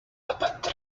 happened